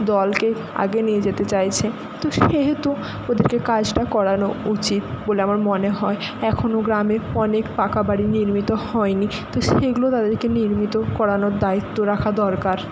দলকে আগে নিয়ে যেতে চাইছে তো সেহেতু ওদেরকে কাজটা করানো উচিত বলে আমার মনে হয় এখনও গ্রামের অনেক পাকা বাড়ি নির্মিত হয় নি তো সেগুলো তাদেরকে নির্মিত করানোর দায়িত্ব রাখা দরকার